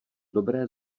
dobré